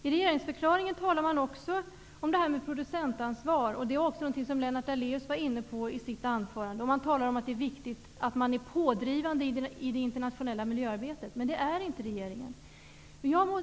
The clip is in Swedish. I regeringsförklaringen talas om producentansvar, och det är också någonting som Lennart Daléus var inne på i sitt anförande. Man talar om att det är viktigt att vara pådrivande i det internationella miljöarbetet, men det är inte regeringen.